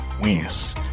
wins